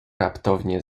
raptownie